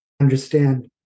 understand